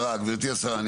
גברתי השרה.